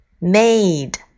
made